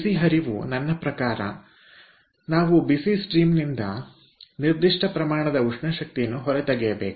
ಬಿಸಿ ಹರಿವು ನನ್ನ ಪ್ರಕಾರ ನಾವು ಬಿಸಿ ಹರಿವಿನಿಂದ ನಿರ್ದಿಷ್ಟ ಪ್ರಮಾಣದ ಉಷ್ಣಶಕ್ತಿಯನ್ನು ಹೊರತೆಗೆಯಬೇಕು